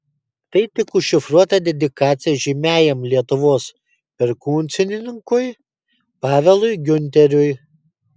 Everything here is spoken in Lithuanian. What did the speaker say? tai tik užšifruota dedikacija žymiajam lietuvos perkusininkui pavelui giunteriui